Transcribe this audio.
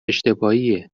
اشتباهیه